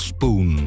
Spoon